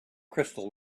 crystal